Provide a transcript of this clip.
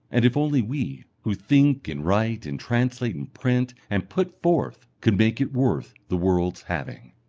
and if only we, who think and write and translate and print and put forth, could make it worth the world's having!